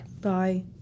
bye